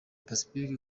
pacifique